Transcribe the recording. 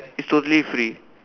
it's totally free